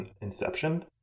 Inception